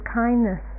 kindness